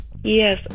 Yes